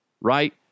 Right